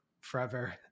forever